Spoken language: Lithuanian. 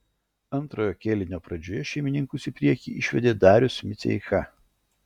antrojo kėlinio pradžioje šeimininkus į priekį išvedė darius miceika